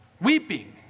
Weeping